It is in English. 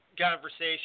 conversation